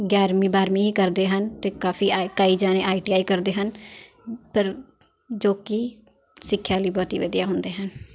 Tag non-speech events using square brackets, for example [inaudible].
ਗਿਆਰਵੀਂ ਬਾਰਵੀਂ ਹੀ ਕਰਦੇ ਹਨ ਅਤੇ ਕਾਫੀ [unintelligible] ਕਈ ਜਣੇ ਆਈ ਟੀ ਆਈ ਕਰਦੇ ਹਨ ਪਰ ਜੋ ਕਿ ਸਿੱਖਿਆ ਲਈ ਬਹੁਤ ਹੀ ਵਧੀਆ ਹੁੰਦੇ ਹਨ